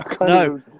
no